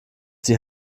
die